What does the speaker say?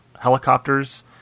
helicopters